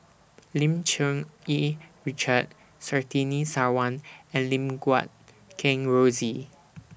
Lim Cherng Yih Richard Surtini Sarwan and Lim Guat Kheng Rosie